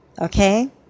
Okay